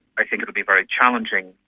i think it will be very challenging,